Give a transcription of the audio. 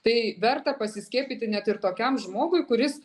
tai verta pasiskiepyti net ir tokiam žmogui kuris